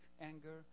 anger